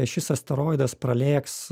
šis asteroidas pralėks